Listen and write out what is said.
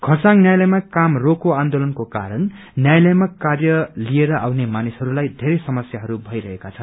खरसाङ न्यायालयमा काम रोको आन्दोलनको कारण न्यायालयमा कार्य लिएर आउने मानिसहरूलाई पेरै समस्याहरू भइरहेका छन्